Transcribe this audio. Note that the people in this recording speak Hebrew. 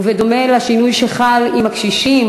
ובדומה לשינוי שחל לגבי הקשישים,